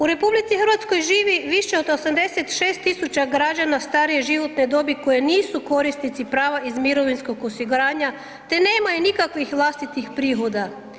U RH živi više od 86 000 građana starije životne dobi koji nisu korisnici prava iz mirovinskog osiguranja te nemaju nikakvih vlastitih prihoda.